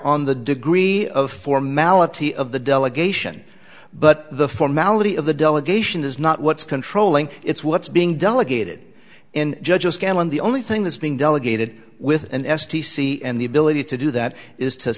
on the degree of formality of the delegation but the formality of the delegation is not what's controlling it's what's being done to gated in judges scanlan the only thing that's being delegated with an s t c and the ability to do that is to